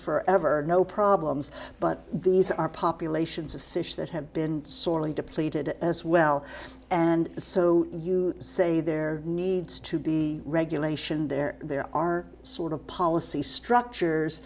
for ever no problems but these are populations of fish that have been sorely depleted as well and so you say there needs to be regulation there there are sort of policy structures